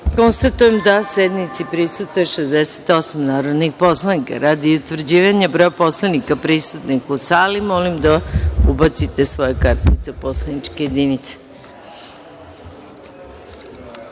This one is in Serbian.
konstatujem da sednici prisustvuje 68 narodnih poslanika. Radi utvrđivanja broja poslanika prisutnih u sali, molim da ubacite svoje kartice u poslaničke